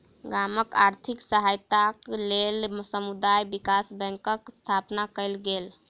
गामक आर्थिक सहायताक लेल समुदाय विकास बैंकक स्थापना कयल गेल